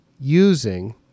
using